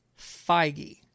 Feige